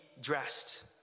dressed